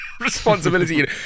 Responsibility